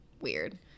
Weird